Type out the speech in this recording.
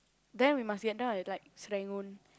then we must get down at like Serangoon